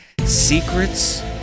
secrets